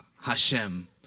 Hashem